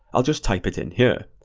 i'll just type it in here.